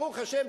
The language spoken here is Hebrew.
ברוך השם,